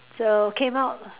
so came out